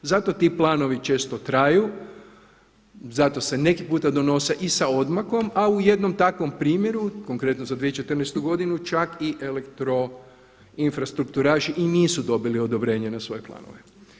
Zato ti planovi često traju, zato se neki puta donose i sa odmakom a u jednom takvom primjeru, konkretno za 2014. godinu čak i elektroinfrastruktoraši i nisu dobili odobrenje na svoje klanove.